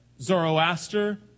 Zoroaster